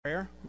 prayer